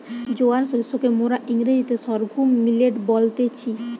জোয়ার শস্যকে মোরা ইংরেজিতে সর্ঘুম মিলেট বলতেছি